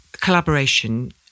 collaboration